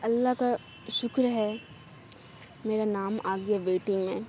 اللہ کا شکر ہے میرا نام آ گیا ویٹنگ میں